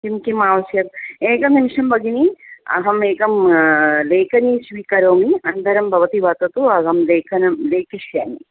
किं किम् आवश्यकं एकं निमिषं भगिनी अहमेकं लेखनी स्वीकरोमि अनन्तरं भवति वदतु अहं लेखनं लेखिष्यामि